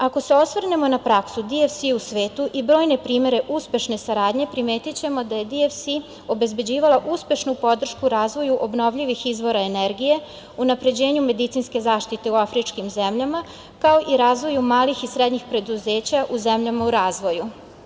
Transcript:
Ako se osvrnemo na praksu DFC u svetu i brojne primere uspešne saradnje, primetićemo da je DFC obezbeđivala uspešnu podršku u razvoju obnovljivih izvora energije, unapređenju medicinske zaštite u afričkim zemljama, kao i razvoju malih i srednjih preduzeća u zemljama u razvoju.